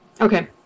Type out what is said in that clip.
Okay